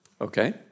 Okay